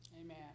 Amen